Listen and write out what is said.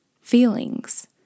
Feelings